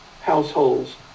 households